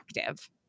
active